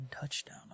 touchdown